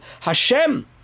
Hashem